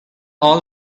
all